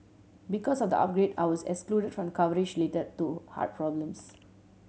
because of the upgrade I was excluded from coverage related to heart problems